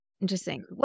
Interesting